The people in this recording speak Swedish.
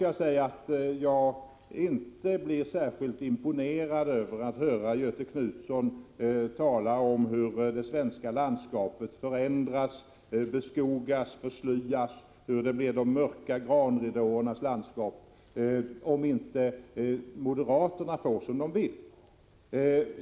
Jag blir inte särskilt imponerad av att höra Göthe Knutson tala om hur det svenska landskapet förändras, beskogas och förslyas, hur det blir ett de mörka granridåernas landskap, om inte moderaterna får som de vill.